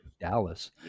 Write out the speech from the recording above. Dallas